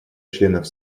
членов